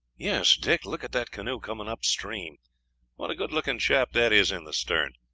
yes, dick. look at that canoe coming up stream what a good looking chap that is in the stern,